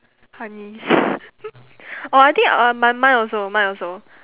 honey oh I think uh mi~ mine also mine also